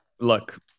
Look